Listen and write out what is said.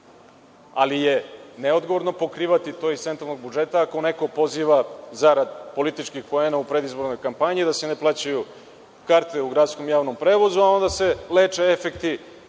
ali je neodgovorno pokrivati to iz centralnog budžeta, ako neko poziva zarad političkih poena u predizbornoj kampanji da se ne plaćaju karte u gradskom javnom prevozu, a onda se leče efekti